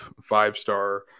five-star